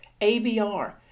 ABR